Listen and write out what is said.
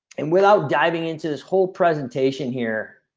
and without diving into this whole presentation here